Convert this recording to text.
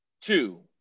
two